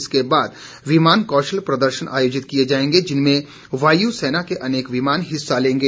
इसके बाद विमान कौशल प्रदर्शन आयोजित किए जायेंगे जिनमें वायुसेना के अनेक विमान हिस्सा लेंगे